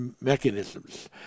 mechanisms